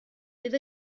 bydd